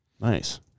Nice